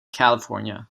california